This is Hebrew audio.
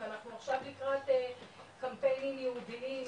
ואנחנו עכשיו לקראת קמפיינים ייעודיים,